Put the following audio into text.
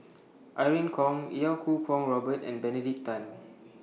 Irene Khong Iau Kuo Kwong Robert and Benedict Tan